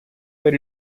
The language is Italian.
per